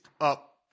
up